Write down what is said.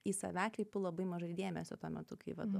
į save kreipiu labai mažai dėmesio tuo metu kai vedu